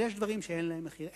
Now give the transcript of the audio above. אבל יש דברים שאין להם מחיר.